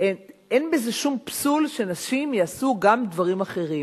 אין בזה שום פסול שנשים יעשו גם דברים אחרים.